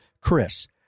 Chris